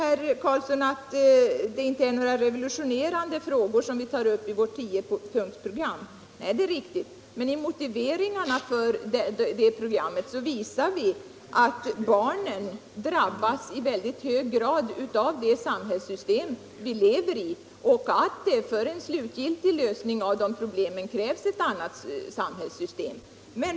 Herr Karlsson framhöll att vi inte tar upp några revolutionerande frågor i vårt tiopunktsprogram. Nej, det är riktigt. Men i motiveringarna för det programmet visar vi att barn i väldigt hög grad drabbas av det samhällssystem som vi lever i och att det för en slutgiltig lösning av problemen krävs ett annat samhällssystem.